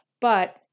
But-